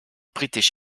britisch